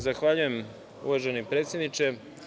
Zahvaljujem, uvaženi predsedniče.